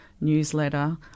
newsletter